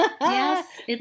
Yes